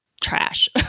trash